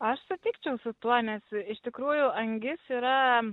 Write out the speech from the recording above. aš sutikčiau su tuo nes iš tikrųjų angis yra